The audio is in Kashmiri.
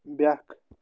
بیٛکھ